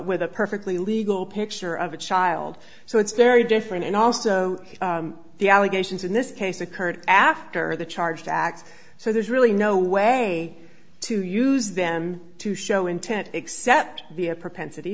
with a perfectly legal picture of a child so it's very different and also the allegations in this case occurred after the charged act so there's really no way to use them to show intent except be a propensity